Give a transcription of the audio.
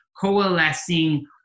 coalescing